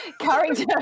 character